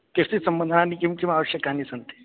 कृषिसम्बन्धानि किं किम् आवश्यकानि सन्ति